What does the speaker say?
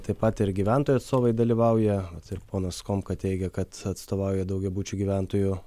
taip pat ir gyventojų atstovai dalyvauja ir ponas komka teigia kad atstovauja daugiabučių gyventojų